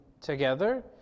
together